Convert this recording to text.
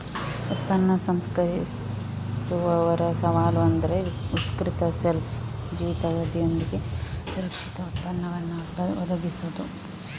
ಉತ್ಪನ್ನ ಸಂಸ್ಕರಿಸುವವರ ಸವಾಲು ಅಂದ್ರೆ ವಿಸ್ತೃತ ಶೆಲ್ಫ್ ಜೀವಿತಾವಧಿಯೊಂದಿಗೆ ಸುರಕ್ಷಿತ ಉತ್ಪನ್ನವನ್ನ ಒದಗಿಸುದು